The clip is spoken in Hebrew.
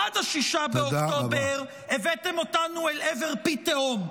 עד 6 באוקטובר הבאתם אותנו אל עבר פי תהום,